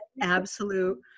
absolute